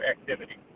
activity